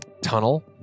tunnel